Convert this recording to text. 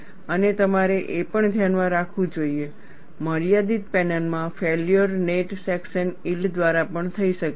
અને તમારે એ પણ ધ્યાનમાં રાખવું જોઈએ મર્યાદિત પેનલમાં ફેલ્યોર નેટ સેક્શન યીલ્ડ દ્વારા પણ થઈ શકે છે